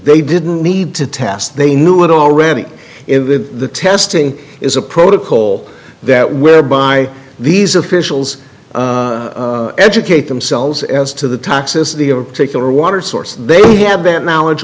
they didn't need to test they knew it already if the testing is a protocol that we're by these officials educate themselves as to the toxicity of a particular water source they have been knowledge